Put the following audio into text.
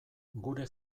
gure